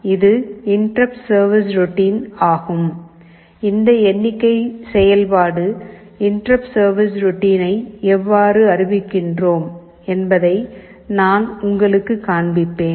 இது interrupt service routine ஆகும் இந்த எண்ணிக்கை செயல்பாடு இன்டெர்ருப்ட் சர்விஸ் ரோட்டினை எவ்வாறு அறிவிக்கிறோம் என்பதை நான் உங்களுக்குக் காண்பிப்பேன்